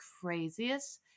craziest